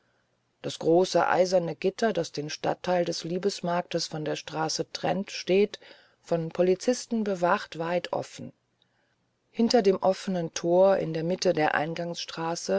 das große eiserne gitter das den stadtteil des liebesmarktes von der stadt trennt steht von polizisten bewacht weit offen hinter dem offenen tor in der mitte der